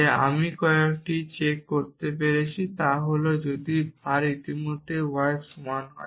যে আমি প্রথমে কয়েকটি চেক করতে পেরেছি তা হল যদি var ইতিমধ্যেই y এর সমান হয়